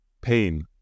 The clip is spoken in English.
pain